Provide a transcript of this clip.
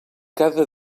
cada